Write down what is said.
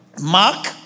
Mark